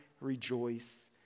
rejoice